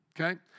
okay